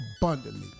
abundantly